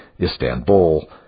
Istanbul